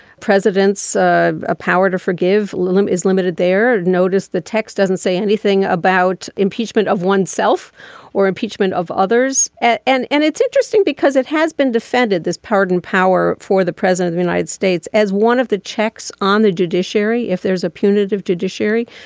president's ah power to forgive him is limited there notice the text doesn't say anything about impeachment of oneself or impeachment of others. and and and it's interesting because it has been defended this pardon power for the president of united states as one of the checks on the judiciary if there is a punitive judiciary.